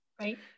right